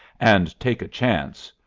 and take a chance,